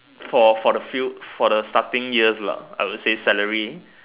for for the few for the starting years lah I would say salary